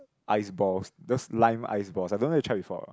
ice balls those lime ice balls I don't know you try before or